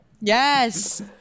Yes